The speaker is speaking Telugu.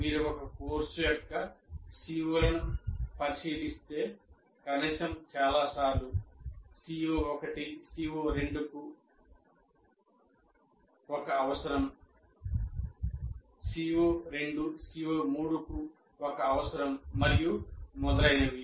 మీరు ఒక కోర్సు యొక్క CO లను పరిశీలిస్తే కనీసం చాలా సార్లు CO1 CO2 కు ఒక అవసరం CO2 CO3 కు ఒక అవసరం మరియు మొదలైనవి